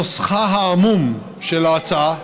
נוסחה העמום של ההצעה,